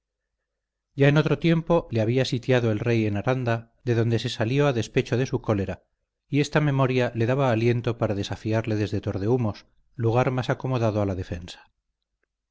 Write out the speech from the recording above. ya en otro tiempo le había sitiado el rey en aranda de donde se salió a despecho de su cólera y esta memoria le daba aliento para desafiarle desde tordehumos lugar más acomodado a la defensa